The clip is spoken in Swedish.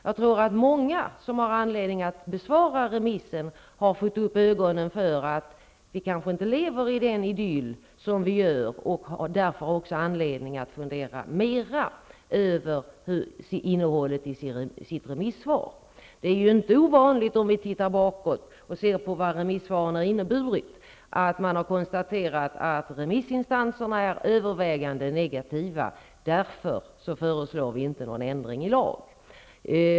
Jag tror att många som har anledning att besvara remissen har fått upp ögonen för att vi kanske inte lever i den idyll vi trodde. Därför borde de kanske också fundera mera över innehållet i sina remissvar. Om vi tittar bakåt och ser vad remissvaren inneburit finner vi att det inte är ovanligt att remissinstanser är övervägande negativa. Därför föreslår vi inte någon ändring i lag.